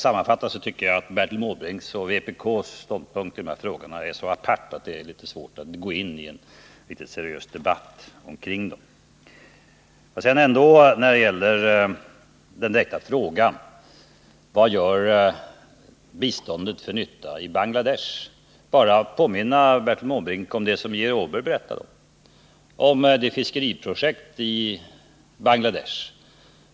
Jag tycker att Bertil Måbrinks och vpk:s ståndpunkter i de här frågorna är så aparta att det är svårt att gå in i en seriös debatt om dem. Jag vill ändå, när det gäller den direkta frågan om vilken nytta biståndet gör i Bangladesh, bara påminna Bertil Måbrink om det som Georg Åberg berättade beträffande fiskeriprojektet i Bangladesh.